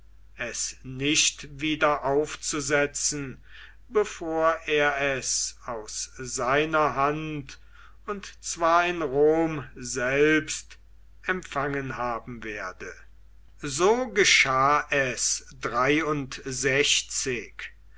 es nicht wieder aufzusetzen bevor er es aus seiner hand und zwar in rom selbst empfangen haben werde so geschah es